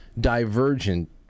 divergent